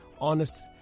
honest